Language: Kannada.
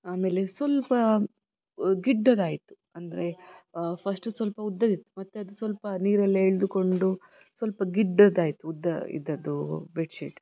ಆಮೇಲೆ ಸ್ವಲ್ಪ ಗಿಡ್ಡಗಾಯಿತು ಅಂದರೆ ಫಸ್ಟು ಸ್ವಲ್ಪ ಉದ್ದಗಿತ್ತು ಮತ್ತು ಅದು ಸ್ವಲ್ಪ ನೀರೆಲ್ಲ ಎಳೆದುಕೊಂಡು ಸ್ವಲ್ಪ ಗಿಡ್ಡಗಾಯ್ತು ಉದ್ದ ಇದ್ದದ್ದು ಬೆಡ್ಶೀಟ್